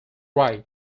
right